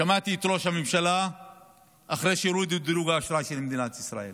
שמעתי את ראש הממשלה אחרי שהורידו את דירוג האשראי של מדינת ישראל,